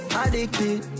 addicted